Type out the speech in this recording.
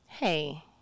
Hey